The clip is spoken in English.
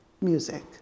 music